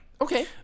Okay